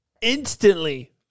instantly